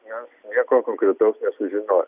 nes nieko konkretaus nesužinojo